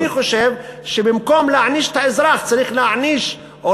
אני חושב שבמקום להעניש את האזרח צריך להעניש או